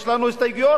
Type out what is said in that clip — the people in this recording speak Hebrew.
יש לנו הסתייגויות,